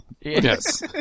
yes